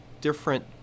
different